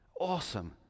Awesome